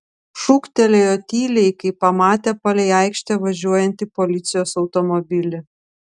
šūktelėjo tyliai kai pamatė palei aikštę važiuojantį policijos automobilį